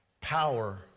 Power